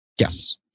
Yes